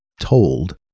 told